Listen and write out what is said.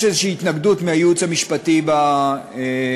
איזושהי התנגדות מהייעוץ המשפטי במשרד,